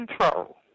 control